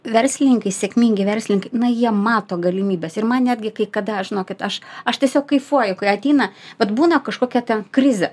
verslininkai sėkmingi verslininkai na jie mato galimybes ir man netgi kada aš žinokit aš aš tiesiog kaifuoju kai ateina vat būna kažkokia krizė